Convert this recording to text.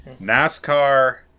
NASCAR